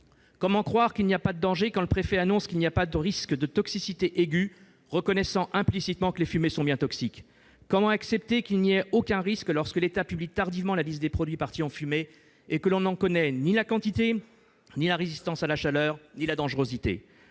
Comment croire qu'il n'y a pas de danger quand le préfet annonce qu'il n'y a pas de risque de toxicité aiguë, reconnaissant implicitement que les fumées sont bien toxiques ? Comment accepter qu'il n'y ait aucun risque lorsque l'État publie tardivement la liste des produits partis en fumée, et que l'on n'en connaît ni la quantité, ni la résistance à la chaleur, ni la dangerosité ?